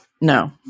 No